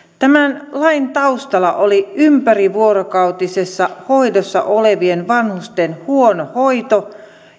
tämän lain taustalla oli ympärivuorokautisessa hoidossa olevien vanhusten huono hoito